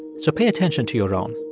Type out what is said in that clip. so pay attention to your own.